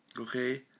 Okay